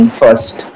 first